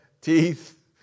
teeth